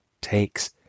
takes